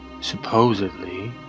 supposedly